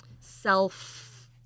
self